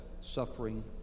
suffering